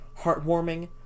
heartwarming